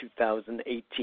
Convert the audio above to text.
2018